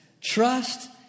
Trust